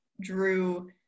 Drew